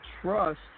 trust